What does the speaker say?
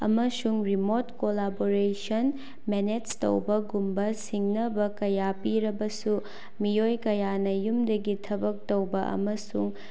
ꯑꯃꯁꯨꯡ remote collaboration manage ꯇꯧꯕꯒꯨꯝꯕ ꯁꯤꯡꯅꯕ ꯀꯌꯥ ꯄꯤꯔꯕꯁꯨ ꯃꯤꯑꯣꯏ ꯀꯌꯥꯅ ꯌꯨꯝꯗꯒꯤ ꯊꯕꯛ ꯇꯧꯕ ꯑꯃꯁꯨꯡ